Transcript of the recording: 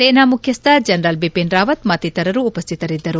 ಸೇನಾ ಮುಖ್ಲಸ್ಡ ಜನರಲ್ ಬಿಪಿನ್ ರಾವತ್ ಮತ್ತಿತರರು ಉಪ್ಯಿತರಿದ್ದರು